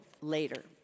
later